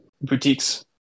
boutiques